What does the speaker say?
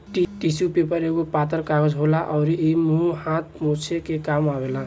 tissue paper एगो पातर कागज होला अउरी इ मुंह हाथ पोछे के काम आवेला